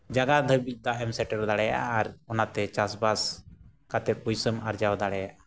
ᱡᱟᱭᱜᱟ ᱫᱷᱟᱹᱵᱤᱡ ᱫᱟᱜᱮᱢ ᱥᱮᱴᱮᱨ ᱫᱟᱲᱮᱭᱟᱜᱼᱟ ᱟᱨ ᱚᱱᱟᱛᱮ ᱪᱟᱥᱵᱟᱥ ᱠᱟᱛᱮᱫ ᱯᱩᱭᱥᱟᱹᱢ ᱟᱨᱡᱟᱣ ᱫᱟᱲᱮᱭᱟᱜᱼᱟ